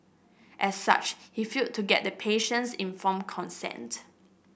as such he failed to get the patient's informed consent